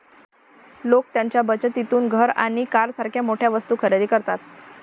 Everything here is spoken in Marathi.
लोक त्यांच्या बचतीतून घर आणि कारसारख्या मोठ्या वस्तू खरेदी करतात